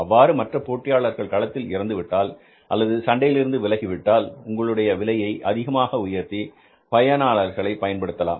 அவ்வாறு மற்ற போட்டியாளர்கள் களத்தில் இறந்துவிட்டால் அல்லது சண்டையிலிருந்து விலகி விட்டால் உங்களுடைய விலையை அதிகமாக உயர்த்தி பயனாளர்களை பயன்படுத்தலாம்